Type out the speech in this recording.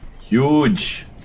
Huge